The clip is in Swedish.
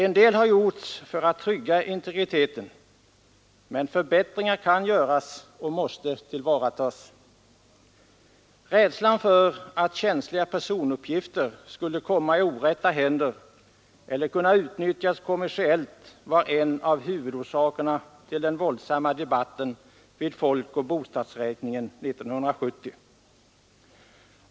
En del har gjorts för att trygga integriteten, men förbättringar kan göras och måste tillvaratagas. Rädslan för att känsliga personuppgifter skulle komma i orätta händer eller kunna utnyttjas kommersiellt var en av huvudorsakerna till den våldsamma debatten vid folkoch bostadsräkningen 1970.